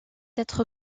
être